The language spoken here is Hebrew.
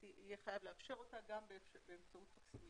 יהיה חייב לאפשר את הפניה הזאת גם באמצעות פקסימיליה.